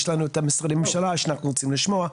יש לנו את משרדי הממשלה שאנחנו רוצים לשמוע.